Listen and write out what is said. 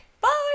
bye